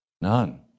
None